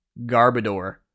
Garbodor